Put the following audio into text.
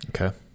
Okay